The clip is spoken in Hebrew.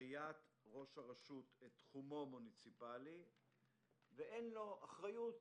ראיית ראש הרשות את תחומו המוניציפלי כאשר אין לו אחריות